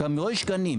גם בו יש גנים,